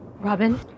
Robin